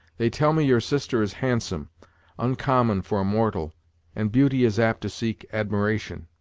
they tell me your sister is handsome oncommon, for a mortal and beauty is apt to seek admiration.